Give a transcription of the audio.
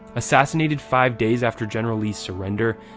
assassinated five days after general lee's surrender,